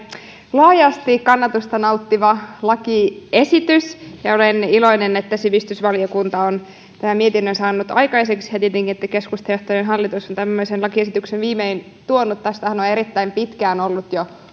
laajasti kannatusta nauttiva lakiesitys ja olen iloinen että sivistysvaliokunta on tämän mietinnön saanut aikaiseksi ja tietenkin että keskustajohtoinen hallitus on tämmöisen lakiesityksen viimein tuonut tästähän on erittäin pitkään ollut jo